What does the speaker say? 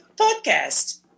podcast